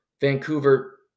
Vancouver